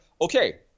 okay